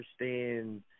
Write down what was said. understand